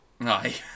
Aye